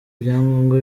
ibyangombwa